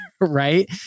Right